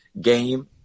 game